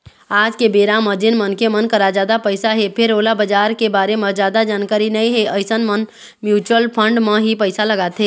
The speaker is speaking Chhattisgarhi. आज के बेरा म जेन मनखे मन करा जादा पइसा हे फेर ओला बजार के बारे म जादा जानकारी नइ हे अइसन मन म्युचुअल फंड म ही पइसा लगाथे